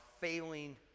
failing